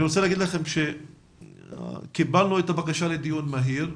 אני רוצה להגיד לכם שקיבלנו את הבקשה לדיון מהיר.